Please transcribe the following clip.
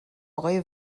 آقای